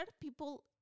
people